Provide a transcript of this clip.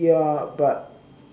ya but